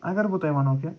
اَگر بہٕ تۄہہِ وَنہو کہ